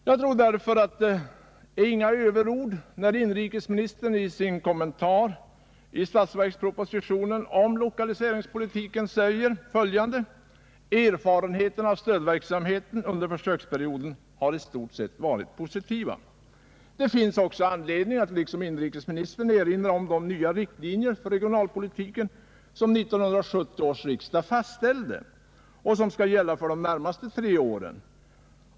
Det är därför inga överord när inrikesministern i sin kommentar till den regionala utvecklingen i årets statsverksproposition konstaterar: ”Erfarenheterna av stödverksamheten under försöksperioden har i stort sett varit positiva.” Det finns också anledning att liksom inrikesministern erinra om de nya riktlinjer för regionalpolitiken som 1970 års riksdag fastställde och som skall gälla för de närmaste tre åren.